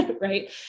Right